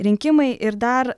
rinkimai ir dar